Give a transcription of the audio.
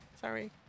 sorry